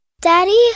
Daddy